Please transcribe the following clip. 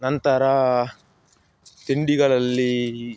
ನಂತರ ತಿಂಡಿಗಳಲ್ಲಿ